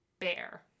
Bear